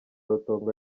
rutongo